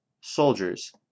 Soldiers